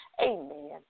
Amen